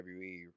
WWE